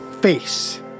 face